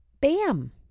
bam